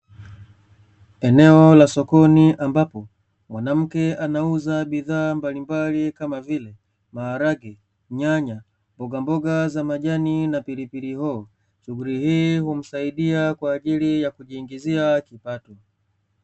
Eneo la sokoni ambapo mwanamke anauza bidhaa mbalimbali kama vile; maharage, nyanya, mbogamboga za majani pamoja na hoho shughuli hii humsaidia kuingiza kipato.